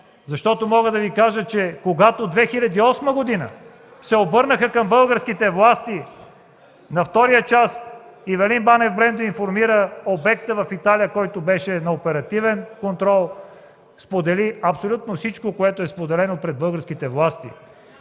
ГЕРБ.) Мога да ви кажа, че когато през 2008 г. се обърнаха към българските власти, на втория час Ивелин Банев – Брендо информира обекта в Италия, който беше на оперативен контрол и сподели всичко, което е споделено пред българските власти.